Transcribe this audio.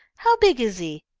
how big is he?